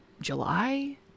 July